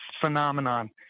phenomenon